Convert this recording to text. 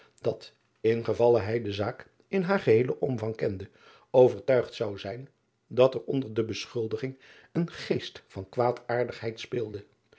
ijnslager hij de zaak in haar geheelen omvang kende overtuigd zou zijn dat er onder de beschuldiging een geest van kwaadaardigheid speelde